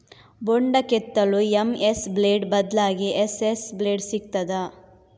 ಬೊಂಡ ಕೆತ್ತಲು MS blade ಬದ್ಲಾಗಿ ಎಸ್.ಎಸ್ ಬ್ಲೇಡ್ ಸಿಕ್ತಾದ?